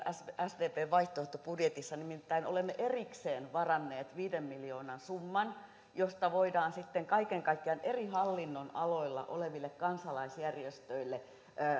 sdpn vaihtoehtobudjetissamme nimittäin olemme erikseen varanneet viiden miljoonan summan josta voidaan sitten kaiken kaikkiaan eri hallinnonaloilla oleville kansalaisjärjestöille